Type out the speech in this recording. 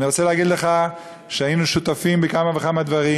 ואני רוצה להגיד לך שהיינו שותפים בכמה וכמה דברים,